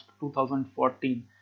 2014